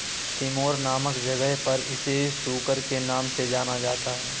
Timor नामक जगह पर इसे सुकर के नाम से जाना जाता है